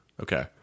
Okay